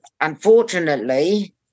unfortunately